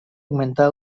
augmentar